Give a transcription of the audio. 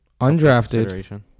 undrafted